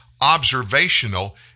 observational